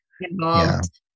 involved